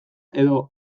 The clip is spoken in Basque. edo